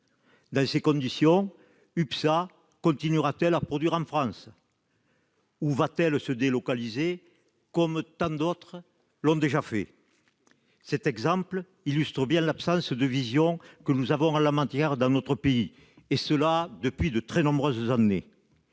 Dans ces conditions, UPSA continuera-t-elle de produire en France ou va-t-elle se délocaliser, comme tant d'autres l'ont déjà fait ? Cet exemple illustre bien l'absence de vision que nous avons en la matière dans notre pays, et ce depuis de très nombreuses années.